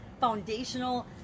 foundational